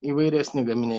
įvairesni gaminiai